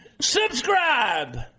Subscribe